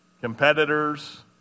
competitors